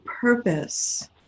purpose